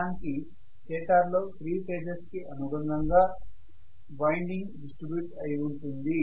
నిజానికి స్టేటర్ లో 3 ఫేజెస్ కి అనుబంధంగా వైండింగ్ డిస్ట్రిబ్యూట్ అయి ఉంటుంది